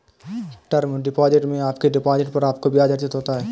term deposit में आपके deposit पर आपको ब्याज़ अर्जित होता है